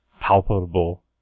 palpable